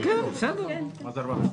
לגבי התקנות שהוגשו לוועדה, כפי שהשר ציין,